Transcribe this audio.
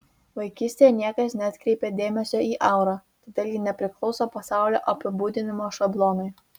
vaikystėje niekas neatkreipė dėmesio į aurą todėl ji nepriklauso pasaulio apibūdinimo šablonui